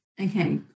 okay